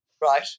Right